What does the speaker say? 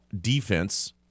defense